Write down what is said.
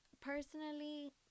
personally